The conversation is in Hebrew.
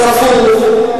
צפוף,